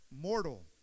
mortal